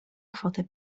kwotę